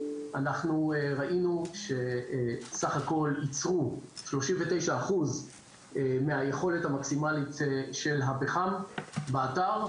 ראינו שסך הכל ייצרו שלושים ותשעה אחוז מהיכולת המקסימלית של הפחם באתר,